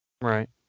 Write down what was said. Right